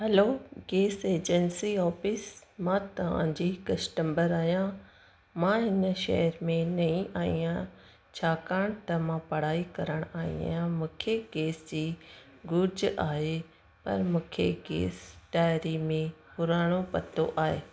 hello gas agency office मां तव्हांजी customer आहियां मां हिन शहर में नईं आई आहियां छाकाणि त मां पढ़ाई करणु आई आहियां मूंखे गैस जी घुर्ज आहे पर मूंखे गैस डायरी में पुराणो पतो आहे